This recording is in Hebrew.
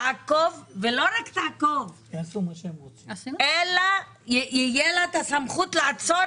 תעקוב ולא רק תעקוב אלא תהיה לה את הסמכות לעצור